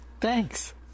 Thanks